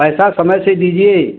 पैसा समय से दीजिए